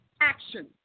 action